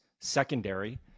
secondary